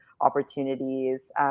opportunities